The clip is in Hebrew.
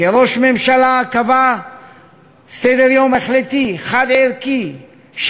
כראש ממשלה קבע סדר-יום החלטי, חד-ערכי.